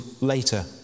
later